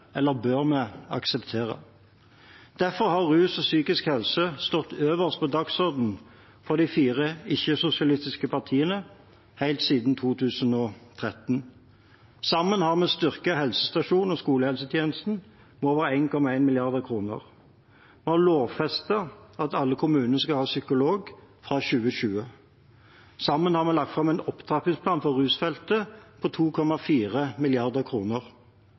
eller bør vi akseptere. Derfor har rus og psykisk helse stått øverst på dagsordenen for de fire ikke-sosialistiske partiene helt siden 2013. Sammen har vi styrket helsestasjons- og skolehelsetjenesten med over 1,1 mrd. kr. Vi har lovfestet at alle kommuner skal ha psykolog fra 2020. Sammen har vi lagt fram en opptrappingsplan for rusfeltet på 2,4